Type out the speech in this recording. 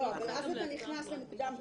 אבל אז אתה נכנס למוקדם ומאוחר.